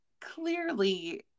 clearly